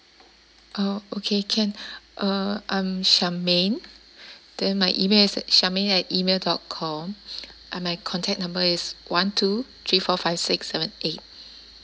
oh okay can uh I'm charmaine then my email is charmaine at email dot com uh my contact number is one two three four five six seven eight